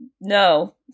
No